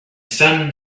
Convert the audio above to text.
sun